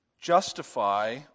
justify